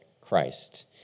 Christ